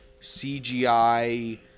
CGI